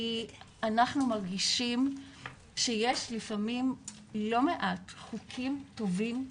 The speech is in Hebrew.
כי אנחנו מרגישים שיש לפעמים לא מעט חוקים טובים,